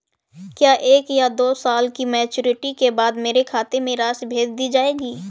क्या एक या दो साल की मैच्योरिटी के बाद मेरे खाते में राशि भेज दी जाएगी?